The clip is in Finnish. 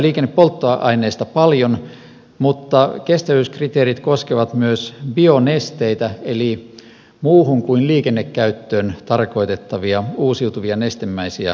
liikennepolttoaineista täällä on puhuttu paljon mutta kestävyyskriteerit koskevat myös bionesteitä eli muuhun kuin liikennekäyttöön tarkoitettavia uusiutuvia nestemäisiä polttoaineita